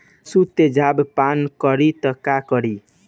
पशु तेजाब पान करी त का करी?